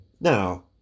Now